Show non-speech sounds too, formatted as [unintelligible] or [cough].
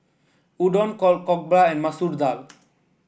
Udon [unintelligible] Jokbal and Masoor Dal